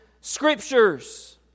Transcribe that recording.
Scriptures